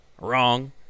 wrong